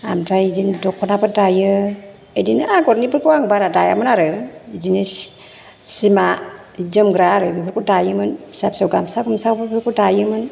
आमफ्राइ इदिनो दख'नाफोर दायो इदिनो आग'रनिफोरखौ आं बारा दायामोन आरो इदिनो सि सिमा जोमग्रा आरो बेफोरखौ दायोमोन फिसा फिसौ गामसा गुमसाफोरखौबो दायोमोन